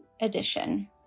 edition